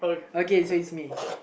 okay so it's me